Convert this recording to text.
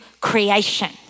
creation